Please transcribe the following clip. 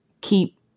keep